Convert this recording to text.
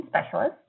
specialist